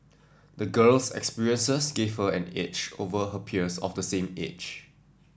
the girl's experiences gave her an edge over her peers of the same age